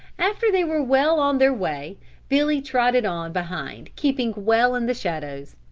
after they were well on their way billy trotted on behind keeping well in the shadows.